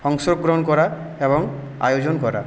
অংশগ্রহণ করা এবং আয়োজন করা